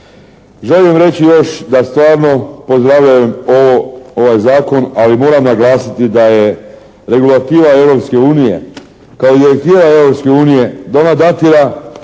Želim reći još da stvarno pozdravljam ovaj zakon, ali moram naglasiti da je regulativa Europske unije kao i direktiva